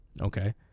Okay